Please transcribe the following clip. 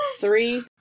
Three